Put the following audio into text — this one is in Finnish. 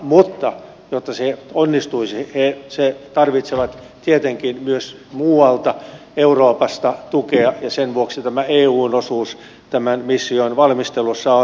mutta jotta se onnistuisi he tarvitsevat tietenkin myös muualta euroopasta tukea ja sen vuoksi tämä eun osuus tämän mission valmistelussa on tärkeä